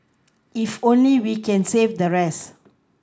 if only we can save the rest